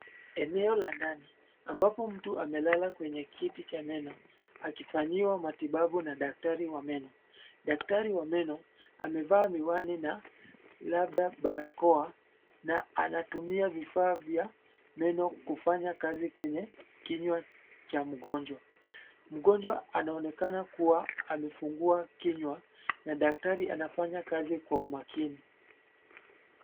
Eneo la ndani, ambapo mtu amelala kwenye kiti cha meno, akifanyiwa matibabu na daktari wa meno, daktari wa meno, amevaa miwani na, labda barakoa, na anatumia vifaa vya, meno kufanya kazi kwenye, kinywa, cha mgonjwa, mgonjwa anaonekana kuwa amefungua kinywa, na daktari anafanya kazi kwa umakini.